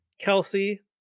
Kelsey